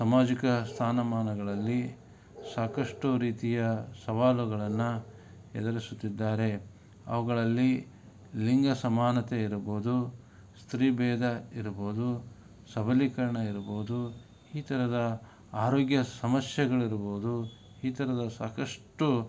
ಸಮಾಜಿಕ ಸ್ಥಾನಮಾನಗಳಲ್ಲಿ ಸಾಕಷ್ಟು ರೀತಿಯ ಸವಾಲುಗಳನ್ನು ಎದುರಿಸುತ್ತಿದ್ದಾರೆ ಅವುಗಳಲ್ಲಿ ಲಿಂಗ ಸಮಾನತೆ ಇರ್ಬೋದು ಸ್ತ್ರೀ ಬೇಧ ಇರ್ಬೋದು ಸಬಲೀಕರಣ ಇರ್ಬೋದು ಈ ಥರದ ಆರೋಗ್ಯ ಸಮಸ್ಯೆಗಳಿರ್ಬೋದು ಈ ಥರದ ಸಾಕಷ್ಟು